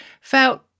felt